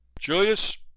julius